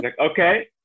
Okay